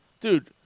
dude